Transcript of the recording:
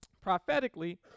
Prophetically